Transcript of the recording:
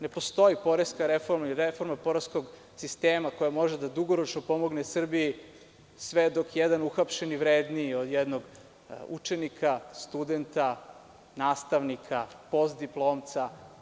Ne postoji poreska reforma ili reforma poreskog sistema koja može da dugoročno pomogne Srbiji sve dok je jedan uhapšeni vredniji od jednog učenika, studenta, nastavnika, postdiplomca.